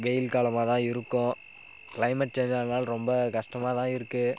வெயில்காலமாக தான் இருக்கும் climate change ஆனாலும் ரொம்ப கஷ்டமாக தான் இருக்கு